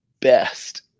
best